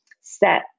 set